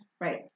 right